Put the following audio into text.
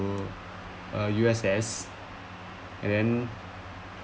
uh U_S_S and then